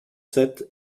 sept